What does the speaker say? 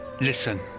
Listen